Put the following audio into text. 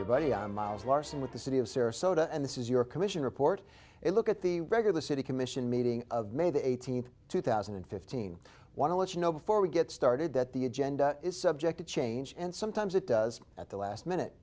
your buddy i'm miles larson with the city of sarasota and this is your commission report a look at the regular city commission meeting of may the eighteenth two thousand and fifteen want to let you know before we get started that the agenda is subject to change and sometimes it does at the last minute